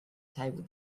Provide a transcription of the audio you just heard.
table